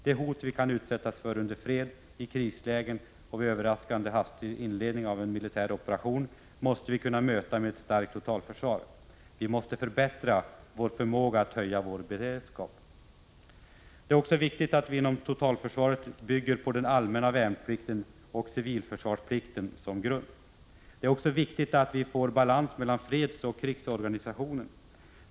De hot vi kan utsättas för under fred, i krislägen och vid en överraskande hastig inledning av en militär operation måste vi kunna möta med ett starkt totalförsvar. Vi måste förbättra vår förmåga att höja vår beredskap. Det är viktigt att vi inom totalförsvaret har den allmänna värnplikten och civilförsvarspolitiken som grund. Det är också viktigt att vi har balans mellan fredsoch krigsorganisation.